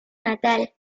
natal